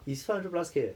is five hundred plus K eh